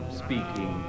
speaking